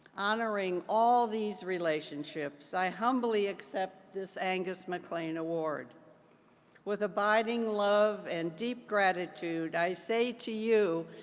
honoring all these relationships, i humbly accept this angus maclean award with abiding love and deep gratitude, i say to you,